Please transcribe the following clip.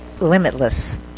limitless